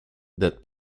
that